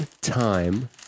time